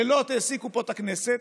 לילות העסיקו פה את הכנסת.